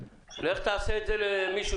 לכולם.